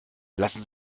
lassen